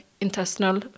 intestinal